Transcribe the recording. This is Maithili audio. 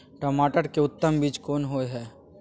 टमाटर के उत्तम बीज कोन होय है?